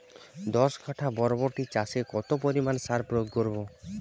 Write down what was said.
দশ কাঠা বরবটি চাষে কত পরিমাণ সার প্রয়োগ করব?